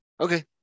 Okay